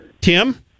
Tim